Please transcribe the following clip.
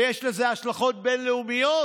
ויש לזה השלכות בין-לאומיות